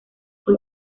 fue